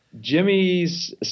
Jimmy's